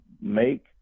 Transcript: make